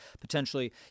potentially